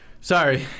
Sorry